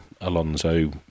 Alonso